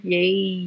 Yay